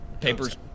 Papers